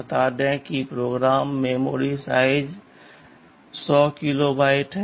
बता दें कि प्रोग्राम मेमोरी साइज 100 किलोबाइट है